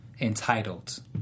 Entitled